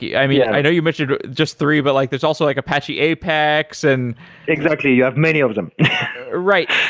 yeah i mean, i know you mentioned just three, but like there's also like apache apex and exactly. you have many of them right.